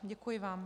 Děkuji vám.